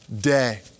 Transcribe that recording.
day